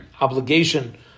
obligation